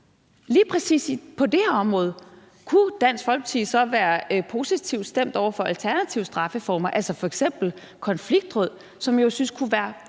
lige præcis det her område være positivt stemt over for alternative straffeformer, altså f.eks. konfliktråd? Det synes jeg kunne være